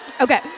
Okay